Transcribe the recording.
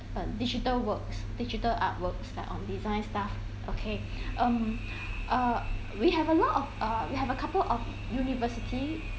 uh digital works digital artworks that on design stuff okay um uh we have a lot of uh we have a couple of universities